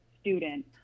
student